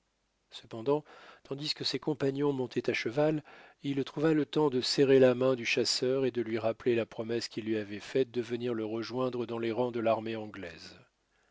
cependant tandis que ses compagnons montaient à cheval il trouva le temps de serrer la main du chasseur et de lui rappeler la promesse qu'il lui avait faite de venir le rejoindre dans les rangs de l'armée anglaise